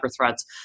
threats